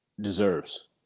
deserves